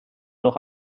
noch